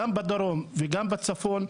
גם בדרום וגם בצפון,